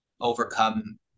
overcome